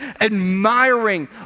admiring